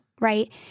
right